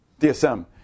DSM